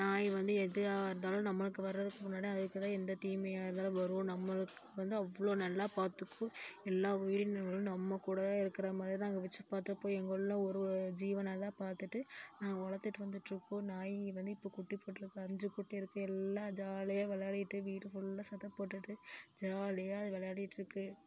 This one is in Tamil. நாய் வந்து எதா இருந்தாலும் நம்மளுக்கு வரதுக்கு முன்னாடி அதுக்குத்தான் எந்த தீமையாக இருந்தாலும் வரும் நம்மளுக்கு வந்து அவ்வளோ நல்லா பார்த்துக்கும் எல்லா உயிரினங்களும் நம்மகூட இருக்கிற மாதிரிதான் நாங்க வச்சு பார்த்துப்போம் எங்கள்ல ஒரு ஜீவனாக தான் பார்த்துட்டு நாங்கள் வளர்த்திட்டு வந்துட்டு இருக்கோம் நாய் வந்து இப்ப குட்டி போட்டிருக்கும் அஞ்சு குட்டி இருக்குது எல்லாம் ஜாலியாக விளையாடிகிட்டு வீட்டு ஃபுல்லா சத்தம் போட்டுட்டு ஜாலியாக அது விளையாடிகிட்டு இருக்குது